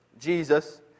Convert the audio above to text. Jesus